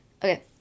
Okay